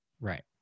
Right